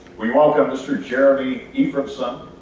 we welcome mr. jeremy efroymson,